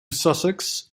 sussex